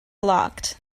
blocked